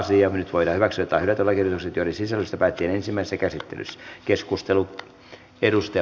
nyt voidaan hyväksyä tai hylätä lakiehdotukset joiden sisällöstä päätettiin ensimmäisessä käsittelyssä